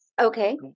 Okay